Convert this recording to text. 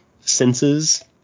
senses